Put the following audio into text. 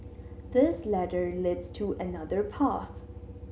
this ladder leads to another path